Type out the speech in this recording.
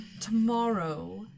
tomorrow